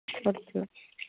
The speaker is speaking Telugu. కోరుతున్నాం